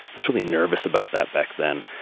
i was really nervous about that back then.